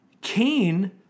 Cain